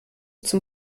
zum